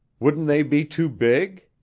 wouldn't they be too big?